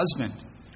husband